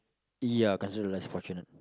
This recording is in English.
ya considered less fortunate